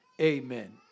Amen